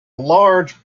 large